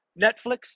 Netflix